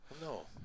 no